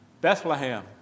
Bethlehem